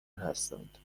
هستند